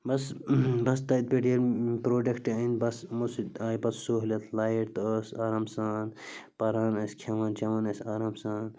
بَس بَس تَتہِ پٮ۪ٹھ یِم پرٛوڈَکٹ أنۍ بَس یِمو سۭتۍ آیہِ پَتہٕ سہوٗلیَت لایِٹ تہٕ ٲس آرام سان پران ٲسۍ کھٮ۪وان چٮ۪وان ٲسۍ آرام سان